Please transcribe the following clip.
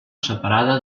separada